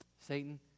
Satan